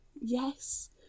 Yes